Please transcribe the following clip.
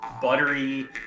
buttery